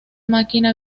máquina